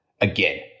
Again